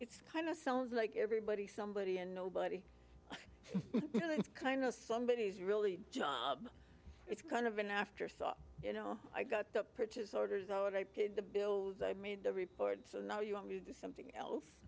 it's kind of sounds like everybody somebody and nobody kind of somebody is really it's kind of an afterthought you know i got the purchase orders out i paid the bills i made the report so now you want me to do something else